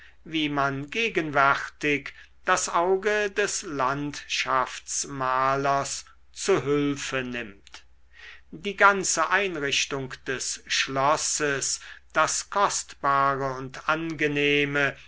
wie man gegenwärtig das auge des landschaftsmalers zu hülfe nimmt die ganze einrichtung des schlosses das kostbare und angenehme